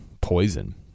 poison